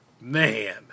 Man